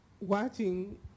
watching